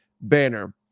banner